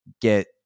get